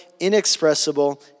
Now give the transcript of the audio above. Inexpressible